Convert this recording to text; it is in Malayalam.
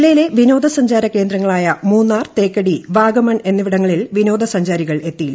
ജില്ലയിലെ വിനോദസഞ്ചാര കേന്ദ്രങ്ങളായ മൂന്നാർ തേക്കടി വാഗമൺ എന്നിവിടങ്ങളിൽ വിനോദസഞ്ചാരികൾ എത്തിയില്ല